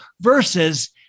versus